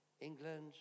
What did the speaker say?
England